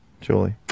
Julie